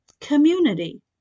Community